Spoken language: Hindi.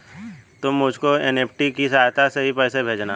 तुम मुझको एन.ई.एफ.टी की सहायता से ही पैसे भेजना